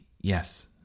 Yes